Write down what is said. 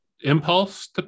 impulse